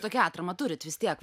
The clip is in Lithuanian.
tokią atramą turit vis tiek